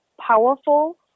powerful